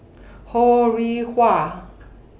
Ho Rih Hwa